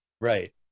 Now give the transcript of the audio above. Right